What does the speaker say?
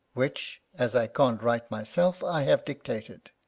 which, as i can't write myself, i have dictated.